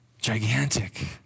gigantic